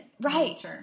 right